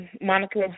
Monica